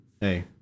Hey